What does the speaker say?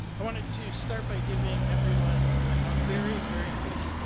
i wanted to start by giving everyone a very, very quick,